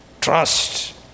trust